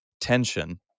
tension